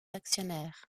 actionnaires